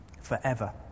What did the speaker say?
forever